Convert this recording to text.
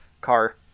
car